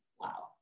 wow